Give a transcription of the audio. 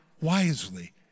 wisely